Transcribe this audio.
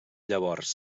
llavors